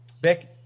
Beck